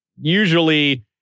Usually